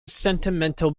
sentimental